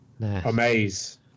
Amaze